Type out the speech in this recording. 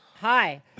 Hi